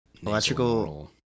Electrical